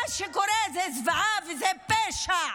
מה שקורה הוא זוועה, זה פשע,